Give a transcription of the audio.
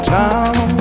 town